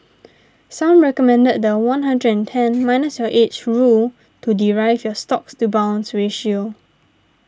some recommend the one hundred and ten minus your age rule to derive your stocks to bonds ratio